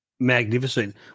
Magnificent